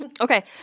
Okay